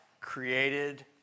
created